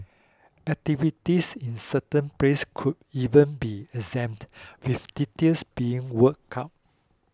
activities in certain places could even be exempt with details being worked out